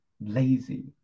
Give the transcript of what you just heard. lazy